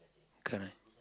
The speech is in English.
correct